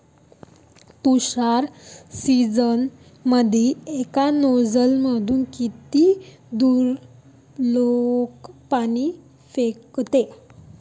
तुषार सिंचनमंदी एका नोजल मधून किती दुरलोक पाणी फेकते?